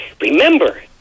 Remember